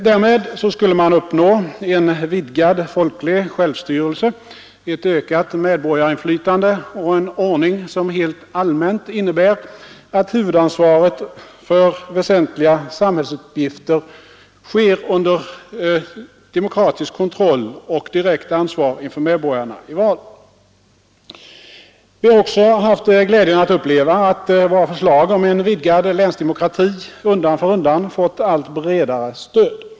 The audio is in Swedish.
Därmed skulle man uppnå en vidgad folklig självstyrelse, ett ökat medborgarinflytande och en ordning som helt allmänt innebär att handhavandet av väsentliga samhällsuppgifter sker under demokratisk kontroll och direkt ansvar inför medborgarna i val. Vi har också haft glädjen att uppleva att våra förslag om en vidgad länsdemokrati undan för undan fått allt bredare stöd.